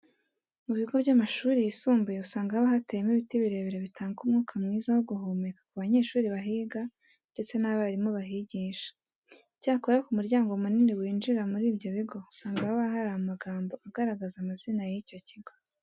Mu bigo by'amashuri yisumbuye usanga haba hateyemo ibiti birebire bitanga umwuka mwiza wo guhumeka ku banyeshuri bahiga ndetse n'abarimu bahigisha. Icyakora ku muryango munini winjira muri ibyo bigo usanga haba hari amagambo agaragaza amazina y'icyo kigo.